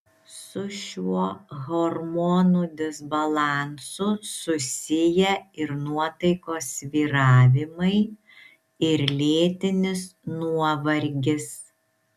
su šiuo hormonų disbalansu susiję ir nuotaikos svyravimai ir lėtinis nuovargis